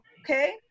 okay